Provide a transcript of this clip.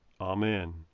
amen